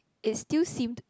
it still seemed